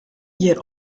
hjir